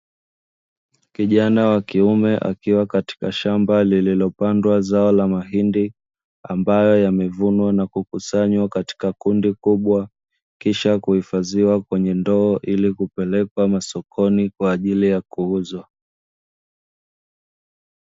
Kijana wa kiume akiwa katika shamba lililopandwa zao la mahindi, ambayo yamevunwa na kukusanywa katika kundi kubwa, kisha kuhifadhiwa kwenye ndoo ili kupelekwa masokoni kwa ajili ya kuuzwa.